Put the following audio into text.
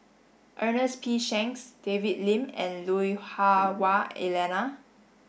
Ernest P Shanks David Lim and Lui Hah Wah Elena